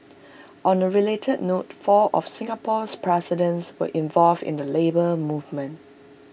on A related note four of Singapore's presidents were involved in the Labour Movement